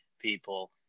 people